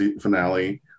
finale